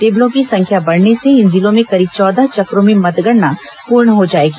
टेबलों की संख्या बढ़ने से इन जिलों में करीब चौदह चक्रों में मतगणना पूर्ण हो जाएगी